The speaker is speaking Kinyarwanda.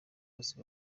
bose